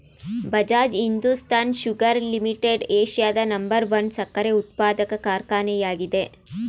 Bajaj Hindustan sugar limited ಏಷ್ಯಾದ number one ಸಕ್ಕರೆ ಉತ್ಪಾದಕ ಕಾರ್ಖಾನೆ ಆಗಿದೆ